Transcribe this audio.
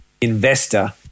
investor